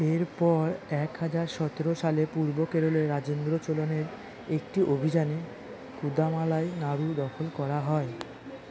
এরপর এক হাজার সতেরো সালে পূর্ব কেরলে রাজেন্দ্র চোলের একটি অভিযানে কুদামালাই নাড়ু দখল করা হয়